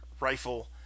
rifle